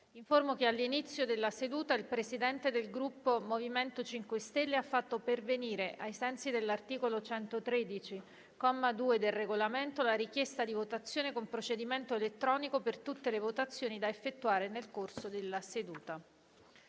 che all'inizio della seduta il Presidente del Gruppo MoVimento 5 Stelle ha fatto pervenire, ai sensi dell'articolo 113, comma 2, del Regolamento, la richiesta di votazione con procedimento elettronico per tutte le votazioni da effettuare nel corso della seduta.